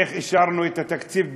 איך אישרנו את התקציב בדיעבד,